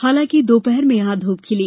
हालांकि दोपहर में यहां धूप खिली